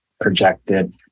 projected